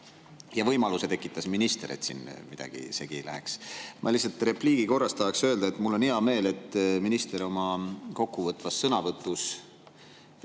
Võimaluse tekitas minister, et siin midagi segi ei läheks. Ma lihtsalt repliigi korras tahaks öelda, et mul on hea meel, et minister oma kokkuvõtvas sõnavõtus